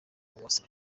uwase